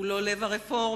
הוא לא לב הרפורמה,